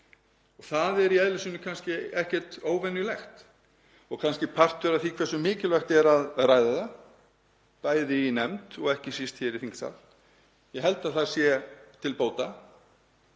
Það er í eðli sínu kannski ekkert óvenjulegt og kannski partur af því hversu mikilvægt er að ræða það, bæði í nefnd og ekki síst hér í þingsal. Ég held að það sé til bóta